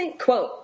quote